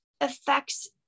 affects